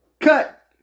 Cut